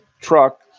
truck